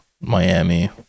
Miami